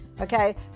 Okay